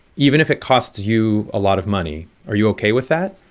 even if it costs you a lot of money. are you ok with that?